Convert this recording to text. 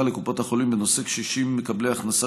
לקופות החולים בנושא קשישים מקבלי הכנסה,